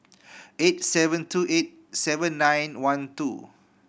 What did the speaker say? eight seven two eight seven nine one two